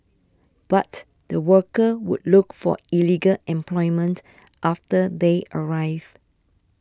but the workers would look for illegal employment after they arrive